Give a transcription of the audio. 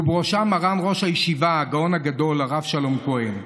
ראש הישיבה הגאון הגדול הרב שלום כהן.